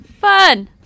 fun